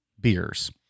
beers